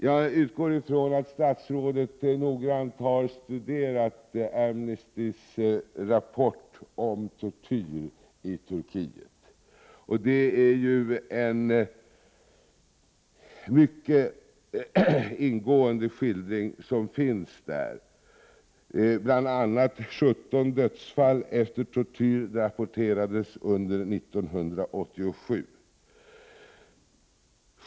Jag utgår ifrån att statsrådet noggrant har studerat Amnestys rapport om tortyr i Turkiet. Det är en mycket ingående skildring som finns där. Bl.a. 17 dödsfall efter tortyr rapporterades under 1987.